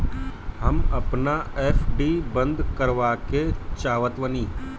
हम अपन एफ.डी बंद करेके चाहातानी